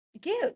give